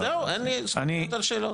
בסך הכול כ-42,000 הוציאו דרכונים ולא השתקעו,